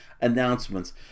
announcements